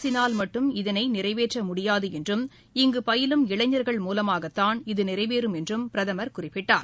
அரசினால் மட்டும் இதனை நிறைவேற்ற முடியாது என்றும் இங்கு பயிலும் இளைஞா்கள் மூலமாகத்தான் இது நிறைவேறும் என்றும் பிரதமர் குறிப்பிட்டார்